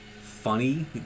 funny